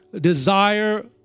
desire